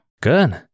Good